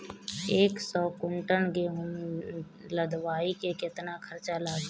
एक सौ कुंटल गेहूं लदवाई में केतना खर्चा लागी?